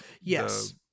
yes